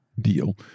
deal